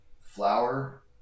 flour